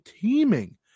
teaming